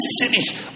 city